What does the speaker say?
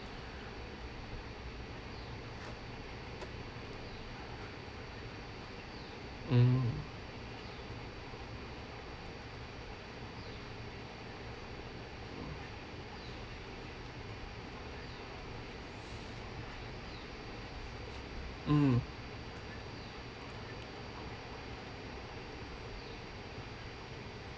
mm mm